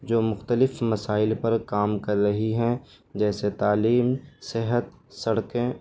جو مختلف مسائل پر کام کر رہی ہیں جیسے تعلیم صحت سڑکیں